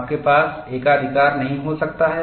आपके पास एकाधिकार नहीं हो सकता है